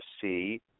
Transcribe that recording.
see